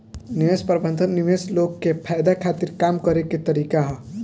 निवेश प्रबंधन निवेशक लोग के फायदा खातिर काम करे के तरीका ह